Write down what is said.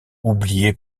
oublié